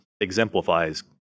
exemplifies